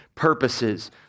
purposes